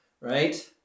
right